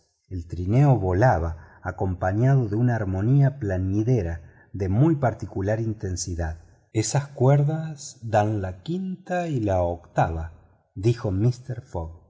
el trineo volaba acompañado de una armonía plañidera de muy particular intensidad esas cuerdas dan la quinta y la octava dijo mister fogg